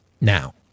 now